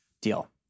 deal